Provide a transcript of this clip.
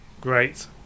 Great